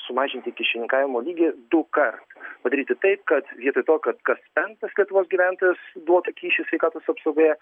sumažinti kyšininkavimo lygį dukart padaryti taip kad vietoj to kad kas penktas lietuvos gyventojas duotų kyšį sveikatos apsaugoje